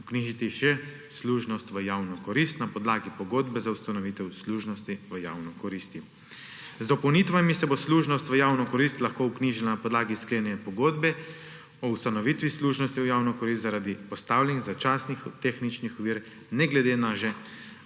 vknjižiti še služnost v javno korist na podlagi pogodbe za ustanovitev služnosti v javno korist. Z dopolnitvami se bo služnost v javno korist lahko vknjižila na podlagi sklenjene pogodbe o ustanovitvi služnosti v javno korist zaradi postavljenih začasnih tehničnih ovir, ne glede na že